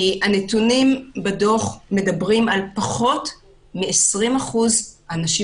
הנתונים בדוח מדברים על פחות מ-20% אנשים